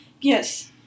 Yes